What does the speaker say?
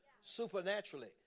supernaturally